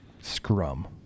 scrum